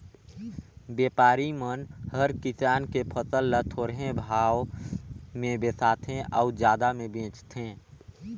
बेपारी मन हर किसान के फसल ल थोरहें भाव मे बिसाथें अउ जादा मे बेचथें